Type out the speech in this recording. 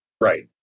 right